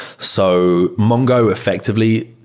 so mongo, effectively,